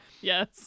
Yes